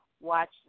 Watch